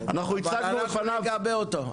אנחנו נגבה אותו.